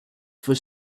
for